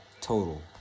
total